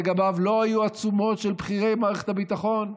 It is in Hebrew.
לגביו לא היו עצומות של בכירי מערכת הביטחון,